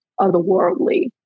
otherworldly